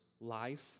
life